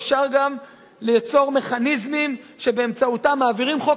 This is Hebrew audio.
אפשר גם ליצור מכניזמים שבאמצעותם מעבירים חוק